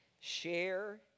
share